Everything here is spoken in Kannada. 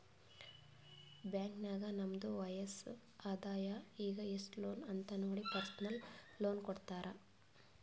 ಬ್ಯಾಂಕ್ ನಾಗ್ ನಮ್ದು ವಯಸ್ಸ್, ಆದಾಯ ಈಗ ಎಸ್ಟ್ ಲೋನ್ ಅಂತ್ ನೋಡಿ ಪರ್ಸನಲ್ ಲೋನ್ ಕೊಡ್ತಾರ್